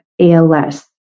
ALS